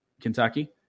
Kentucky